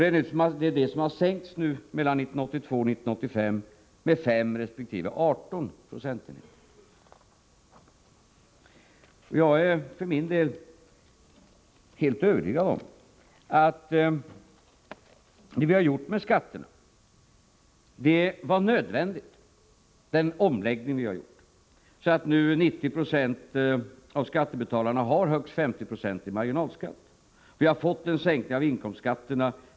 Detta har sänkts mellan 1982 och 1985 med 5 resp. 18 procentenheter. Jag är för min del övertygad om att denna omläggning av skatterna var nödvändig. Nu har 90 90 av skattebetalarna högst 50 26 i marginalskatt. Vi har fått en sänkning av inkomstskatterna.